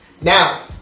Now